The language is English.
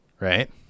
right